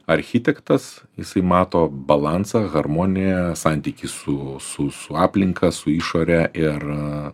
architektas jisai mato balansą harmoniją santykį su su su aplinka su išore ir